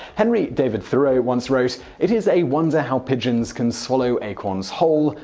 henry david thoreau once wrote, it is a wonder how pigeons can swallow acorns whole,